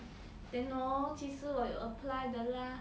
then hor 其实我有 apply 的 lah